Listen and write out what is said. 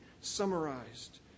summarized